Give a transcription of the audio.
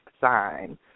sign